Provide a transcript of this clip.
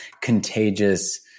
contagious